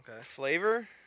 Flavor